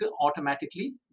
automatically